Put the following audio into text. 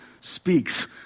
speaks